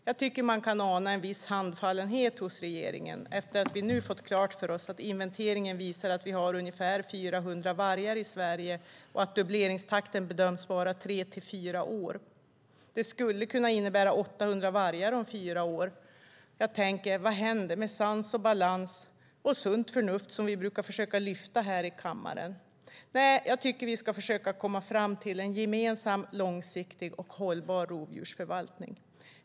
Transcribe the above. Jag tycker mig ana en viss handfallenhet hos regeringen efter att vi nu fått klart för oss att inventeringen visar att vi har ungefär 400 vargar i Sverige och att dubbleringstakten bedöms vara tre till fyra år. Det skulle kunna innebära 800 vargar om fyra år. Jag tänker: Vad händer med sans och balans och sunt förnuft som vi brukar försöka visa här i kammaren? Nej, jag tycker att vi ska försöka att komma fram till en gemensam, långsiktig och hållbar rovdjursförvaltning.